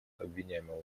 обвиняемого